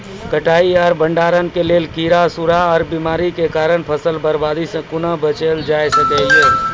कटाई आर भंडारण के लेल कीड़ा, सूड़ा आर बीमारियों के कारण फसलक बर्बादी सॅ कूना बचेल जाय सकै ये?